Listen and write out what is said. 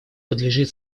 подлежит